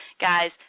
guys